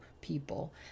people